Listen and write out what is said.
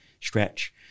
stretch